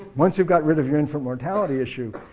once you get rid of your infant mortality issue,